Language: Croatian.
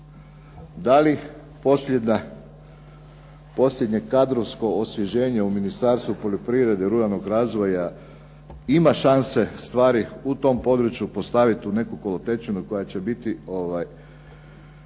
Da li posljednje kadrovsko osvježenje u Ministarstvu poljoprivrede, ruralnog razvoja ima šanse stvari u tom području postaviti u neku kolotečinu koja će biti